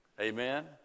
Amen